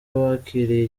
wakiriye